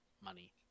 money